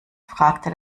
fragte